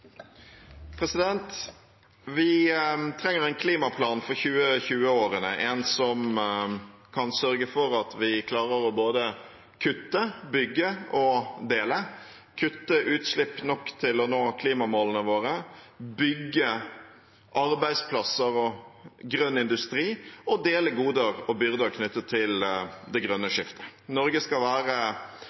Vi trenger en klimaplan for 2020-årene, en som kan sørge for at vi klarer både å kutte, bygge og dele: kutte utslipp nok til å nå klimamålene våre, bygge arbeidsplasser og grønn industri og dele goder og byrder knyttet til det grønne skiftet. Norge skal være